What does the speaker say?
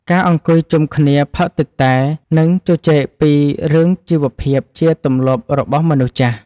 ការអង្គុយជុំគ្នាផឹកទឹកតែ និងជជែកពីរឿងជីវភាពជាទម្លាប់របស់មនុស្សចាស់។